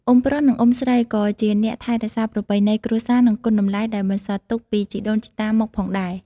អ៊ុំប្រុស និងអ៊ុំស្រីក៏ជាអ្នកថែរក្សាប្រពៃណីគ្រួសារ និងគុណតម្លៃដែលបន្សល់ទុកពីជីដូនជីតាមកផងដែរ។